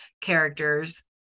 characters